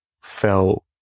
felt